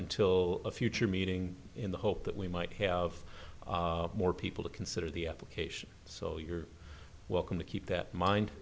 ntil a future meeting in the hope that we might have more people to consider the application so you're welcome to keep that in